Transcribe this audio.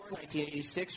1986